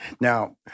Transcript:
Now